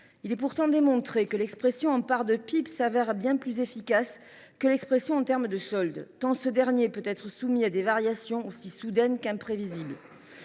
Il est pourtant démontré que l’expression en parts de PIB est bien plus efficace que celle en termes de solde, tant ce dernier peut être soumis à des variations aussi soudaines qu’imprévisibles.